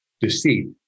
deceit